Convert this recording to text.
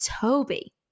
toby